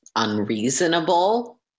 unreasonable